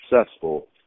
successful